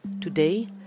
Today